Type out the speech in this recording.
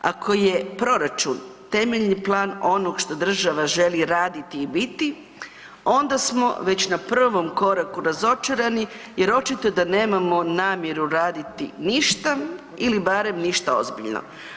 Ako je proračun temeljni plan onog što država želi raditi i biti onda smo već na prvom koraku razočarani jer očito da nemamo namjeru raditi ništa ili barem ništa ozbiljno.